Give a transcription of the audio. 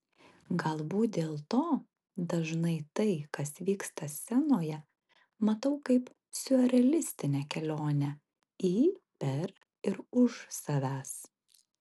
galbūt dėl to dažnai tai kas vyksta scenoje matau kaip siurrealistinę kelionę į per ir už savęs